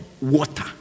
water